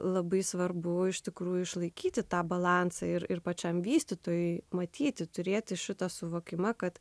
labai svarbu iš tikrųjų išlaikyti tą balansą ir ir pačiam vystytojui matyti turėti šitą suvokimą kad